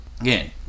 Again